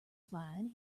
flying